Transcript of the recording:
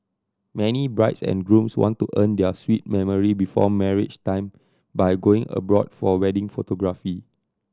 many brides and grooms want to earn their sweet memory before marriage time by going abroad for wedding photography